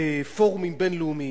בפורומים בין-לאומיים,